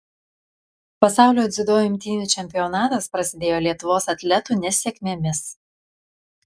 pasaulio dziudo imtynių čempionatas prasidėjo lietuvos atletų nesėkmėmis